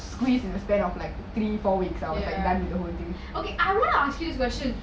okay I want to ask you a question